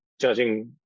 judging